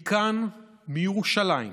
מכאן, מירושלים,